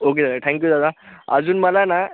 okay दादा thank you दादा अजून मला ना